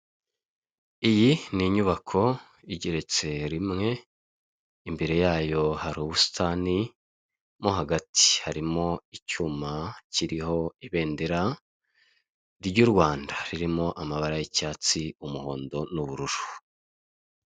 Iyi ni inyubako igeretse rimwe imbere yayo hari ubusitani mo hagati harimo icyuma kiriho ibendera ry' u Rwanda ririmo amabara y' icyatsi, umuhondo n' ubururu.